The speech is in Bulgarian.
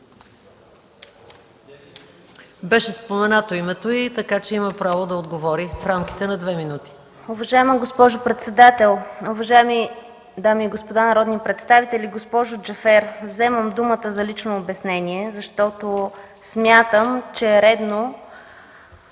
Беше споменато името й, така че има право да отговори в рамките на две минути.